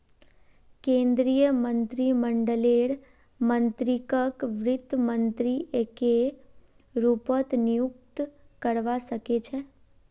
केन्द्रीय मन्त्रीमंडललेर मन्त्रीकक वित्त मन्त्री एके रूपत नियुक्त करवा सके छै